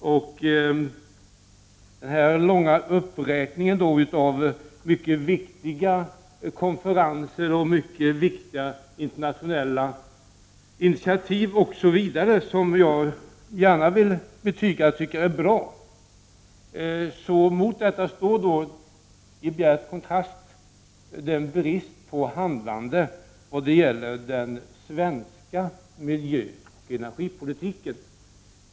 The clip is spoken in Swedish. Mot den långa uppräkningen om mycket viktiga konferenser och internationella initiativ, som jag gärna vill betyga är bra, står i bjärt kontrast bristen på handlande när det gäller den svenska miljöoch energipolitiken.